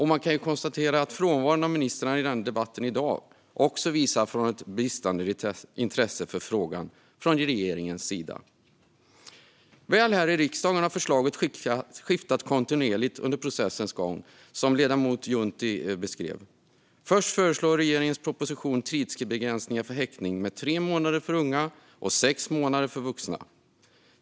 Man kan konstatera att ministrarnas frånvaro i debatten i dag också visar på ett bristande intresse för frågan från regeringens sida. Väl här i riksdagen har förslaget skiftat kontinuerligt under processens gång, som ledamoten Juntti beskrev. Först föreslog regeringens proposition att tidsbegränsningen för häktning skulle vara tre månader för unga och sex månader för vuxna.